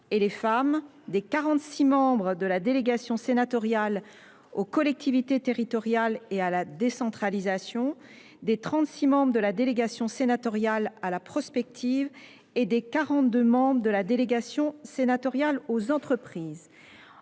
et les femmes, des quarante six membres de la délégation sénatoriale aux collectivités territoriales et à la décentralisation, des trente six membres de la délégation sénatoriale à la prospective et des quarante deux membres de la délégation sénatoriale aux entreprises.